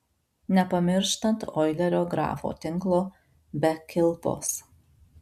nepamirštant oilerio grafo tinklo be kilpos